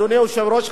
אדוני היושב-ראש,